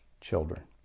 children